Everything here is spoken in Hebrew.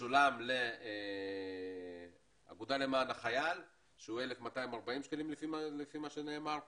שמשולם לאגודה למען החייל שהוא 1,240 שקלים לפי מה שנאמר פה,